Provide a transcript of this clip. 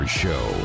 show